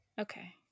Okay